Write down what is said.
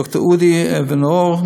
דוקטור אודי אבן-אור,